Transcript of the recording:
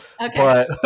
Okay